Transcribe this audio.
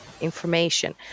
information